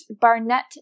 Barnett